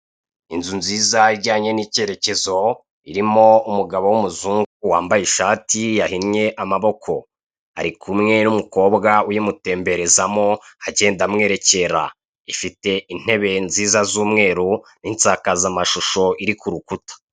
Inzu nziza ijyanye n'icyerekezo irimo umugabo w'umuzungu wambaye ishati yahinnye amaboko, ari kumwe n'umukobwa uyimutemberezamo agenda amwerekera, ifite intebe nziza z'umweru n'insakazamashusho iri k'urukuta.